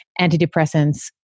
antidepressants